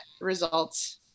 results